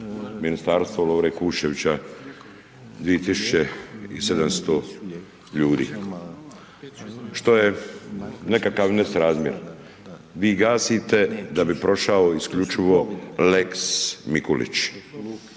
Ministarstvo Lovre Kuščevića 2700 ljudi, što je nekakav nesrazmjer. Vi gasite da bi prošao isključivo lex Mikulić,